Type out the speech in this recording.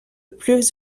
plus